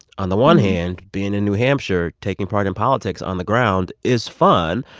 on the one hand, being in new hampshire, taking part in politics on the ground is fun.